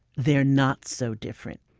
they're not so different